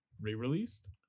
re-released